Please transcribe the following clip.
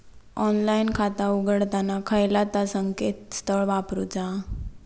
Online खाता उघडताना खयला ता संकेतस्थळ वापरूचा?